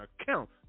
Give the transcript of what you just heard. account